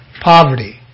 Poverty